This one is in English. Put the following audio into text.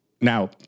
Now